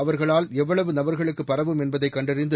அவர்களால் எவ்வளவு நபர்களுக்கு பரவும் என்பதைக் கண்டறிந்து